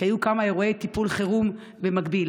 כי היו כמה אירועי טיפול חירום במקביל.